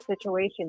situation